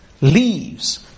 leaves